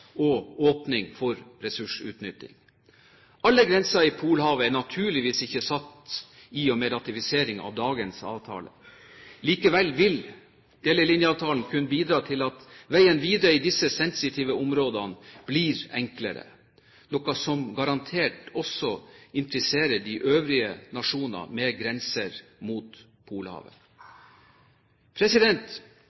og åpning for ressursutnytting. Alle grenser i Polhavet er naturligvis ikke satt i og med ratifiseringen av dagens avtale. Likevel vil delelinjeavtalen kunne bidra til at veien videre i disse sensitive områdene blir enklere, noe som garantert også interesserer de øvrige nasjoner med grenser mot